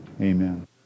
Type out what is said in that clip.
Amen